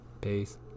peace